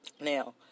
Now